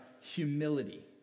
humility